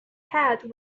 head